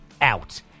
out